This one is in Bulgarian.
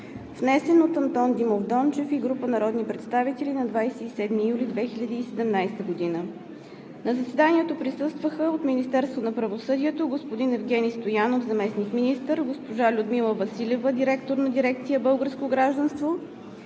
внесен от Андон Димов Дончев и група народни представители на 27 юли 2017 г. На заседанието присъстваха от Министерството на правосъдието: господин Евгени Стоянов – заместник-министър, госпожа Людмила Василева – директор на дирекция „Българско гражданство“,